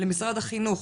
למשרד החינוך,